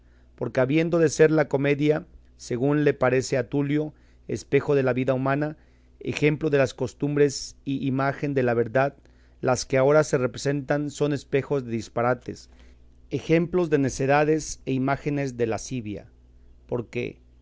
porque habiendo de ser la comedia según le parece a tulio espejo de la vida humana ejemplo de las costumbres y imagen de la verdad las que ahora se representan son espejos de disparates ejemplos de necedades e imágenes de lascivia porque